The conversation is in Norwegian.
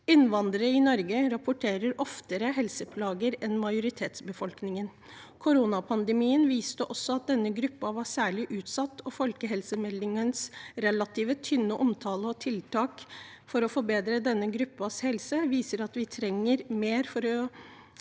Innvandrere i Norge rapporterer oftere helseplager enn majoritetsbefolkningen. Koronapandemien viste også at denne gruppen var særlig utsatt. Folkehelsemeldingens relativt tynne omtale og tiltak for å forbedre denne gruppens helse viser at vi trenger mer